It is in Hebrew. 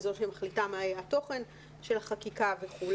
היא זאת שמחליטה מה יהיה התוכן של חקיקה וכו'.